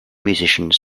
musicians